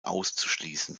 auszuschließen